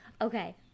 Okay